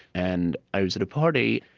and i was at a party,